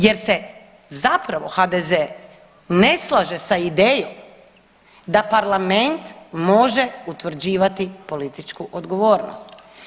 Jer se zapravo, HDZ ne slaže sa idejom da parlament može utvrđivati političku odgovornost.